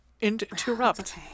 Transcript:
interrupt